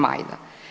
Majda.